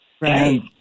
Right